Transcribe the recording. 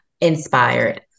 inspired